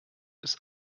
ist